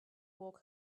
walk